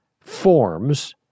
forms